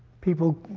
people